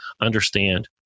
understand